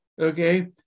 okay